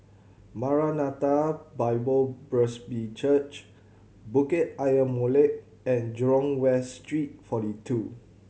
Maranatha Bible Presby Church Bukit Ayer Molek and Jurong West Street Forty Two